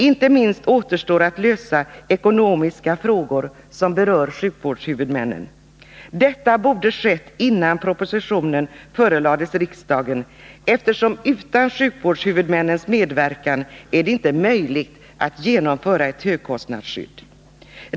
Inte minst återstår det att lösa ekonomiska frågor som berör sjukvårdshu Detta borde ha skett innan propositionen förelades riksdagen, eftersom det utan sjukvårdshuvudmännens medverkan inte är möjligt att genomföra ett högkostnadsskydd.